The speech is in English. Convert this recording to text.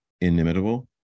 inimitable